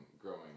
growing